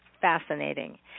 fascinating